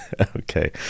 Okay